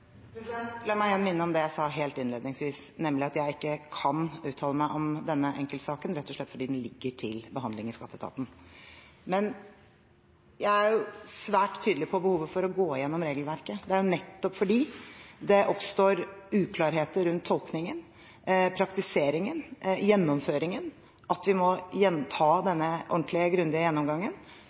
La meg igjen minne om det jeg sa helt innledningsvis, nemlig at jeg ikke kan uttale meg om denne enkeltsaken, rett og slett fordi den ligger til behandling i skatteetaten. Men jeg er svært tydelig på behovet for å gå igjennom regelverket. Det er nettopp fordi det oppstår uklarheter rundt tolkningen, praktiseringen og gjennomføringen at vi må gjenta denne ordentlige og grundige gjennomgangen.